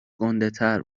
گندهتر